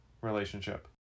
relationship